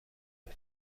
بود